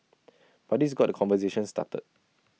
but this got the conversation started